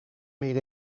meer